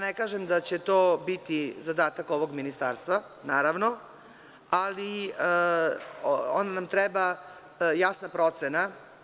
Ne kažem da će to biti zadatak ovog Ministarstva, ali ovde nam treba jasna procena.